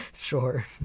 Sure